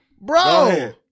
Bro